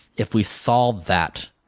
if we solve that,